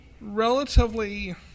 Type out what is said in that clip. relatively